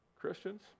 Christians